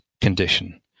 condition